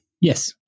Yes